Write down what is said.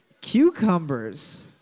cucumbers